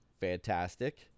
fantastic